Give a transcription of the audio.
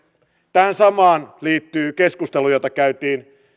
tähän samaan liittyy keskustelu jota käytiin